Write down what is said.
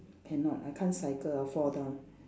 cannot I can't cycle I'll fall down